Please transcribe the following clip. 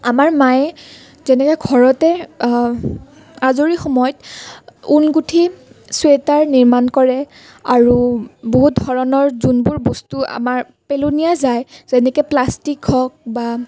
আমাৰ মায়ে যেনেকৈ ঘৰতে আজৰি সময়ত উল গুঠি চোৱেটাৰ নিৰ্মাণ কৰে আৰু বহুত ধৰণৰ যোনবোৰ বস্তু আমাৰ পেলনীয়া যায় যেনেকৈ প্লাষ্টিক হওক বা